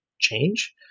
change